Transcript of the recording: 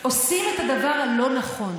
בסוף עושים את הדבר הלא-נכון,